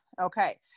Okay